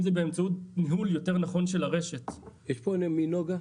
אם זה באמצעות ניהול יותר נכון של הרשת --- יש פה נציג מנגה?